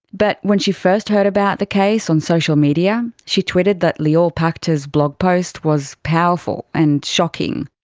but when she first heard about the case on social media, she tweeted that lior pachter's blog post was powerful and shocking.